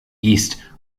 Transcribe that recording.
east